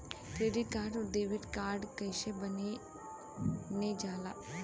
Debit और credit card कईसे बने ने ला?